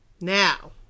now